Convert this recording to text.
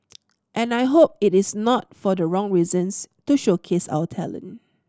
and I hope it is not for the wrong reasons to showcase our talent